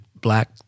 black